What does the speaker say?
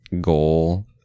goal